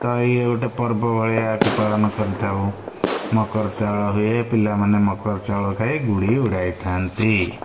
ତ ଇଏ ଗୋଟେ ପର୍ବ ଭଲିଆ ଏହାକୁ ପାଳନ କରିଥାଉ ମକର ଚାଉଳ ହୁଏ ପିଲାମାନେ ମକର ଚାଉଳ ଖାଇ ଗୁଡ଼ି ଉଡ଼ାଇଥାନ୍ତି